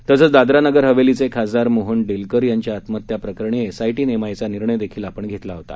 तसंच दादरा नगर हवेलीचे खासदार मोहन डेलकर यांच्या आत्महत्या प्रकरणी एसआयटी नेमण्याचा निर्णय आपण घेतला होता